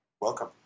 Welcome